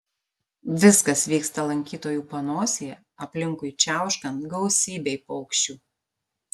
viskas vyksta lankytojų panosėje aplinkui čiauškant gausybei paukščių